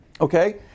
okay